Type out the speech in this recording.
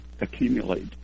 accumulate